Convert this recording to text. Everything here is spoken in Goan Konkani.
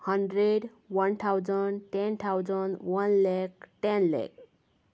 hundred one thousand ten thousand one lakh ten लेख